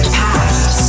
past